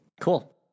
cool